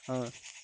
ஆ